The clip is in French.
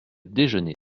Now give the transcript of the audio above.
déjeuner